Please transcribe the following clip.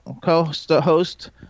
co-host